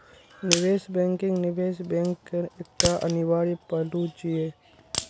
निवेश बैंकिंग निवेश बैंक केर एकटा अनिवार्य पहलू छियै